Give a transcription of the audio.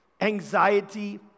anxiety